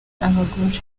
abagore